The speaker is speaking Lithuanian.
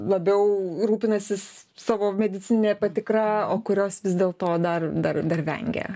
labiau rūpinasis savo medicinine patikra o kurios vis dėl to dar dar dar vengia